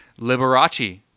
Liberace